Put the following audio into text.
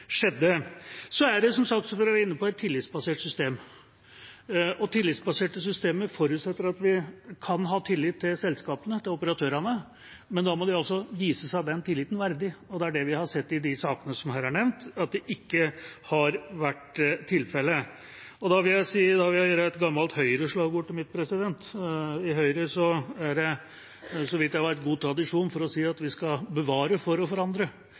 skjedde. Det er, som saksordføreren var inne på, et tillitsbasert system, og tillitsbaserte systemer forutsetter at vi kan ha tillit til selskapene, til operatørene, men da må de altså vise seg den tilliten verdig, og det er det vi har sett i de sakene som her er nevnt: at det ikke har vært tilfelle. Da vil jeg gjøre et gammelt Høyre-slagord til mitt: I Høyre er det, så vidt jeg vet, god tradisjon for å si at vi skal forandre for å